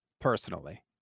personally